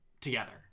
together